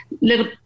little